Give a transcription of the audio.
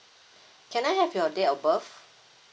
can I have your date of birth